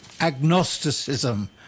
agnosticism